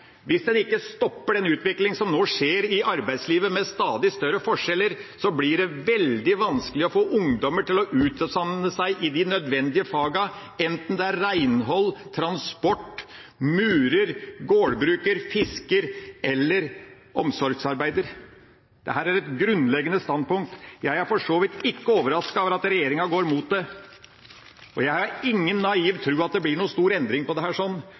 Hvis en ikke stopper den utviklinga som nå skjer i arbeidslivet med stadig større forskjeller, blir det veldig vanskelig å få ungdommer til å utdanne seg i de nødvendige fagene, enten det er renhold, transport, murer, gårdbruker, fisker eller omsorgsarbeider. Dette er et grunnleggende standpunkt. Jeg er for så vidt ikke overrasket over at regjeringa går imot det, og jeg har ingen naiv tro på at det blir noen stor endring på dette, for det